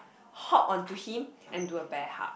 hop onto him and do a bear hug